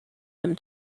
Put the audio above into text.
him